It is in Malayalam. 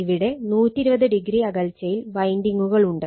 ഇവിടെ 120 o അകൽച്ചയിൽ വൈൻഡിങ്ങുകൾ ഉണ്ട്